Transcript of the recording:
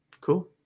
Cool